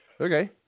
Okay